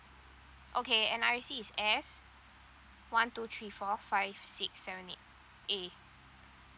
okay N_R_I_C is s one two three four five six seven eight a